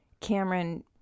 cameron